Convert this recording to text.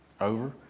over